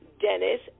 Dennis